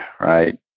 right